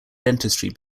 dentistry